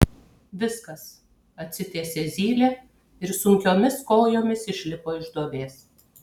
viskas atsitiesė zylė ir sunkiomis kojomis išlipo iš duobės